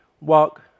walk